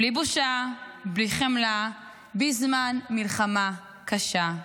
בלי בושה, בלי חמלה, בזמן מלחמה קשה.